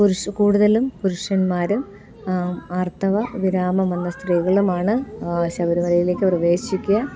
പുരുഷനും കൂടുതലും പുരുഷന്മാരും ആർത്തവ വിരാമം വന്ന സ്ത്രീകളുമാണ് ശബരിമലയിലേക്ക് പ്രവേശിക്കുക